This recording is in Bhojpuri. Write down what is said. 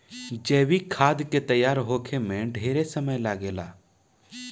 जैविक खाद के तैयार होखे में ढेरे समय लागेला